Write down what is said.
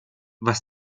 was